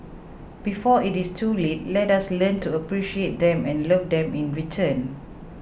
before it is too late let us learn to appreciate them and love them in return